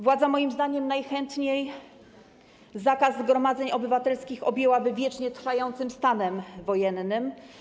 Władza, moim zdaniem, najchętniej zakaz zgromadzeń obywatelskich objęłaby wiecznie trwającym stanem wojennym.